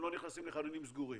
הם לא נכנסים לחניונים סגורים.